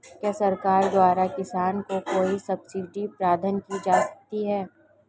क्या सरकार द्वारा किसानों को कोई सब्सिडी प्रदान की जाती है?